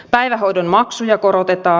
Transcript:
päivähoidon maksuja korotetaan